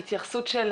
התייחסות של